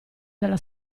della